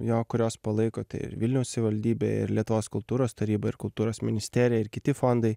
jo kurios palaiko tai ir vilniaus savivaldybė ir lietuvos kultūros taryba ir kultūros ministerija ir kiti fondai